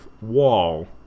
wall